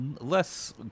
less